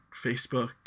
Facebook